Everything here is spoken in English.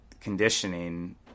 conditioning